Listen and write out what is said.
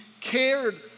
cared